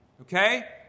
Okay